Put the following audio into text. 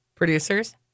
Producers